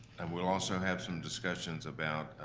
and we'll also have some discussions about